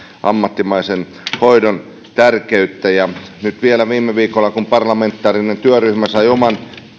ammattimaisen hoidon tärkeyttä nyt vielä toivonkin kun viime viikolla parlamentaarinen työryhmä sai oman